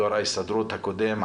יו"ר ההסתדרות הקודם,